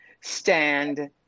stand